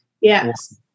Yes